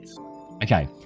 okay